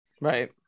right